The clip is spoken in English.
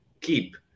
keep